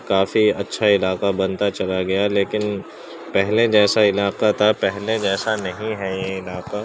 کافی اچھا علاقہ بنتا چلا گیا لیکن پہلے جیسا علاقہ تھا پہلے جیسا نہیں ہے یہ علاقہ